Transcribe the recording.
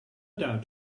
doubt